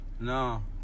No